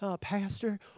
Pastor